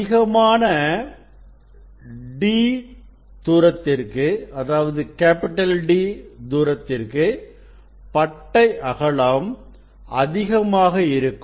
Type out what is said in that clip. அதிகமான D தூரத்திற்கு பட்டை அகலம் அதிகமாக கிடைக்கும்